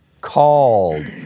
called